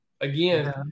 Again